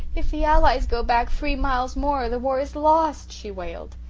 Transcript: if the allies go back three miles more the war is lost, she wailed.